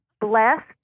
blessed